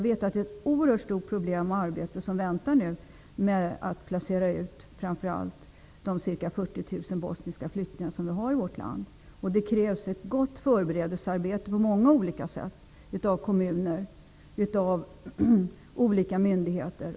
Det är ett oerhört stort arbete som nu väntar, med utplacering av framför allt de ca 40 000 bosniska flyktingarna i vårt land, och det krävs ett gott förberedelsearbete på många olika sätt av kommuner och olika myndigheter.